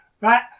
Right